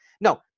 No